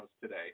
today